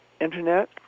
Internet